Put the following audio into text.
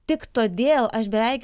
tik todėl aš beveik